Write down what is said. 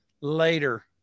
later